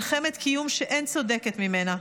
מלחמת קיום שאין צודקת ממנה,